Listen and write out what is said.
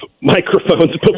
microphones